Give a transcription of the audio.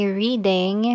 reading